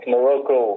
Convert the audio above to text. Morocco